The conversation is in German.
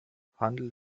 handelt